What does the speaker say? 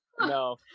no